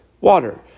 water